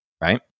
right